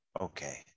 Okay